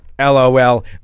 LOL